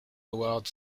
award